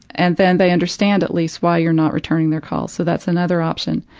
and then they understand at least why you're not returning their calls, so that's another option.